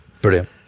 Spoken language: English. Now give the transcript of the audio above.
Brilliant